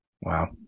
Wow